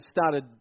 started